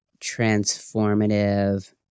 transformative